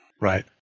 Right